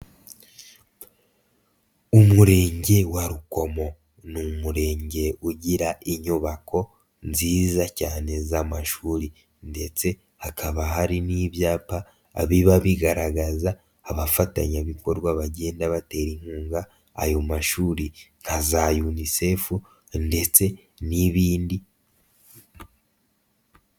Umurenge wa Rukomo, ni Umurenge ugira inyubako nziza cyane z'amashuri ndetse hakaba hari n'ibyapa biba bigaragaza abafatanyabikorwa bagenda batera inkunga ayo mashuri nta za Unicefu ndetse n'ibindi.